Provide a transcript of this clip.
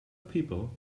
people